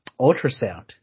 ultrasound